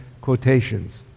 quotations